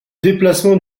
déplacement